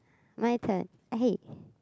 my turn hey